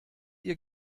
ihr